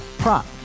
prop